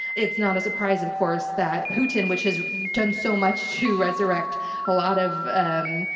it's not a surprise of course, that putin which has done so much to resurrect a lot of, um,